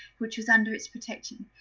which was under its protection.